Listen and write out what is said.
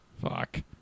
Fuck